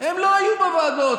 הם לא היו בוועדות.